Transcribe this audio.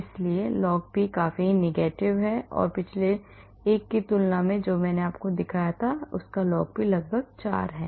इसलिए log P काफी negative है और पिछले एक की तुलना में जो मैंने आपको दिखाया जहां लॉग पी लगभग 4 है